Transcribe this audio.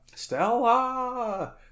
Stella